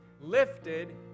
lifted